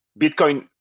bitcoin